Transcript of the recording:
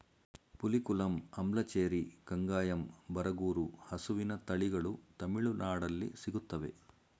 ಪುಲಿಕುಲಂ, ಅಂಬ್ಲಚೇರಿ, ಕಂಗಾಯಂ, ಬರಗೂರು ಹಸುವಿನ ತಳಿಗಳು ತಮಿಳುನಾಡಲ್ಲಿ ಸಿಗುತ್ತವೆ